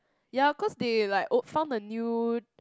ya cause they like oh found the new